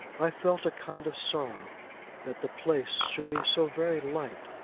i felt a kind of sorrow that the place should be so very light,